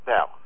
Now